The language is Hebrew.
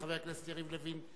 חבר הכנסת יריב לוין,